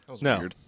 No